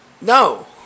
No